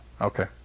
Okay